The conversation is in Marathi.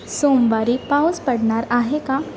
सोमवारी पाऊस पडणार आहे का